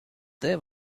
there